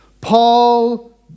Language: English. Paul